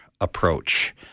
approach